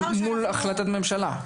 מול החלטת ממשלה.